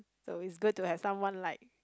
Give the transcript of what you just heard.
though is good to have someone like